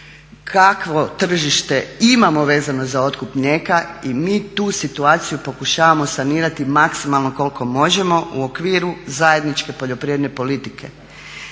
kakvo tržište imamo vezano za otkup mlijeka. I mi tu situaciju pokušavamo sanirati maksimalno koliko možemo u okviru zajedničke poljoprivredne politike.